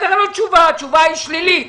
אין לו תשובה, התשובה היא שלילית.